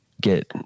get